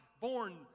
born